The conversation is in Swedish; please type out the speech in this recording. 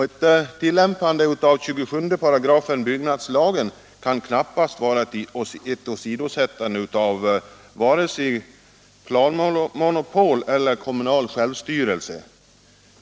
Ett tillämpande av 27 § byggnadslagen kan knappast vara ett åsidosättande av vare sig planmonopol eller kommunal självstyrelse.